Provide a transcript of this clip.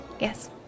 yes